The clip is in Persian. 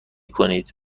کنید